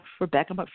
Rebecca